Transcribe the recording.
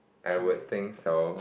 I would think so